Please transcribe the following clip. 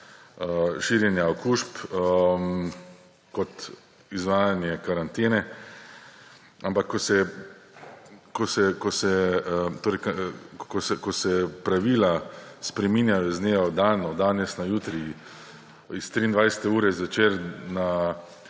širjenja okužb kot izvajanje karantene, ampak ko se pravila spreminjajo iz dneva v dan, od danes na jutri, iz 23. ure zvečer, na